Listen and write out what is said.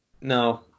No